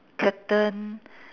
curtain